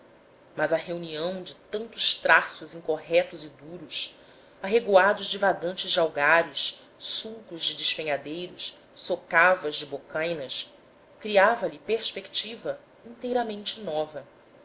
mas a reunião de tantos traços incorretos e duros arregoados divagantes de algares sulcos de despenhadeiros socavas de bocainas criava lhe perspectivas inteiramente novas